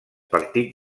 partit